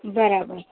બરાબર